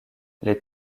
les